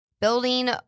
building